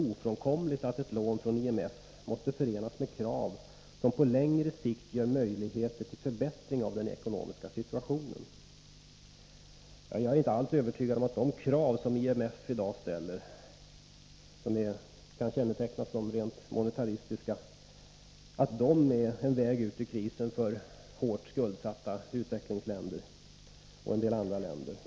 ofrånkomligt att lån från IMF måste förenas med krav som på längre sikt ger möjligheter till förbättring av den ekonomiska situationen. Jag är inte alls övertygad om att de krav som IMF i dag ställer — som kan kännetecknas som rent monetaristiska — är en väg ut ur krisen för hårt skuldsatta utvecklingsländer och en del andra länder.